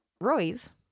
Roy's